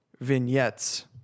vignettes